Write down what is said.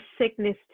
sickness